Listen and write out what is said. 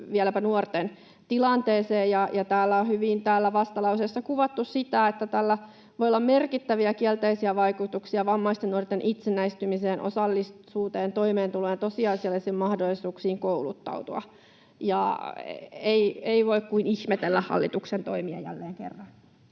vieläpä nuorten tilanteeseen. Täällä vastalauseessa on hyvin kuvattu sitä, että tällä voi olla merkittäviä kielteisiä vaikutuksia vammaisten nuorten itsenäistymiseen, osallisuuteen, toimeentuloon ja tosiasiallisiin mahdollisuuksiin kouluttautua. Ei voi kuin ihmetellä hallituksen toimia jälleen kerran.